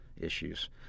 issues